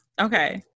Okay